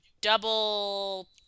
double